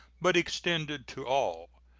but extended to all.